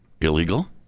illegal